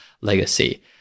legacy